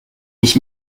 nicht